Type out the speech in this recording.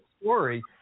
story